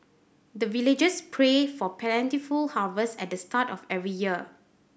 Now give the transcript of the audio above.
the villagers pray for plentiful harvest at the start of every year